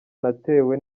natewe